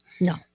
No